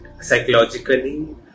psychologically